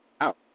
out